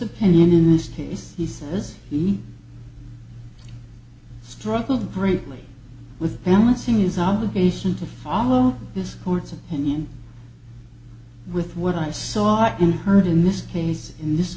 opinion in this case he says he struggled greatly with balancing his obligation to follow this court's opinion with what i saw and heard in this case in this